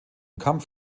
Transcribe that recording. kampf